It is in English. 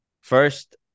first